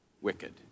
wicked